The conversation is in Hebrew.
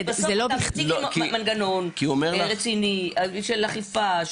--- בסוף אתה מציג מנגנון רציני של אכיפה,